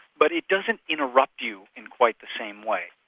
but it doesn't interrupt you in quite the same way.